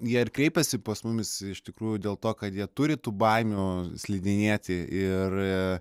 jie kreipiasi pas mumis iš tikrųjų dėl to kad jie turi tų baimių slidinėti ir